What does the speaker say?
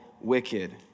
wicked